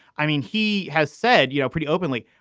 i mean, he has said, you know, pretty openly,